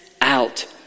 out